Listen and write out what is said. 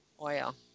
oil